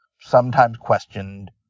sometimes-questioned